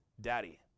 Daddy